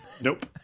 Nope